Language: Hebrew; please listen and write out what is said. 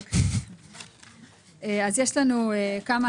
יש לנו כמה